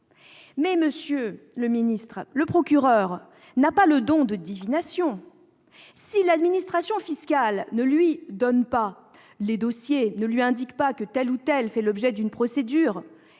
Monsieur le ministre, le procureur n'a pas de don de divination. Si l'administration fiscale ne lui transmet pas les dossiers, ne lui précise pas que tel ou tel fait l'objet d'une enquête,